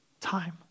time